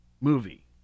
movie